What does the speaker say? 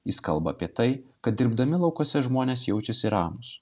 jis kalba apie tai kad dirbdami laukuose žmonės jaučiasi ramūs